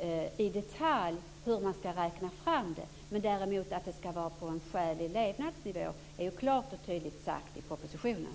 när det i detalj gäller hur man skall räkna fram det. Men att det skall vara på en skälig levnadsnivå är klart och tydligt utsagt i propositionen.